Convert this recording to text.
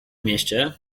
mieście